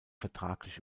vertraglich